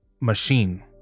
machine